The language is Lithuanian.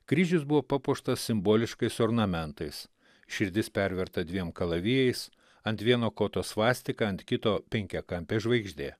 kryžius buvo papuoštas simboliškais ornamentais širdis perverta dviem kalavijais ant vieno koto svastika ant kito penkiakampė žvaigždė